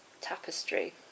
tapestry